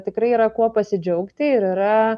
tikrai yra kuo pasidžiaugti ir yra